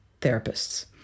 therapists